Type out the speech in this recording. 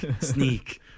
sneak